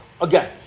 again